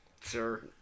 sir